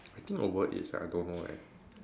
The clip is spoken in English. I think overage I don't know eh